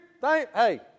Hey